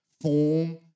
form